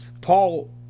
Paul